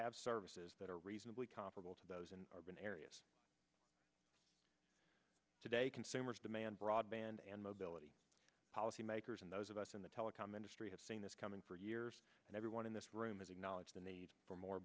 have services that are reasonably comparable to those in urban areas today consumers demand broadband and mobility policymakers and those of us in the telecom industry have seen this coming for years and everyone in this room has acknowledged the need for more